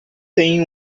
tem